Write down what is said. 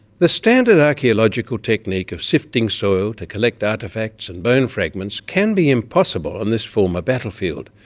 the standard archaeological technique of sifting soil to collect artefacts and bone fragments can be impossible on this former battlefield,